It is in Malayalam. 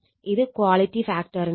ഇത് ക്വാളിറ്റി ഫാക്റ്ററിനാണ്